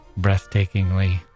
breathtakingly